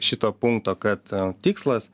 šito punkto kad tikslas